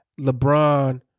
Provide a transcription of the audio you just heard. LeBron